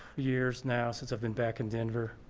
years now since i've been back in denver